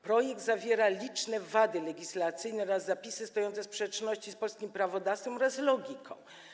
Projekt zawiera liczne wady legislacyjne oraz zapisy stojące w sprzeczności z polskim prawodawstwem i logiką.